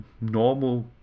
normal